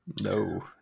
No